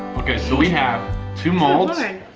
okay, so, we have two molds, okay?